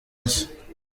nshya